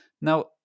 now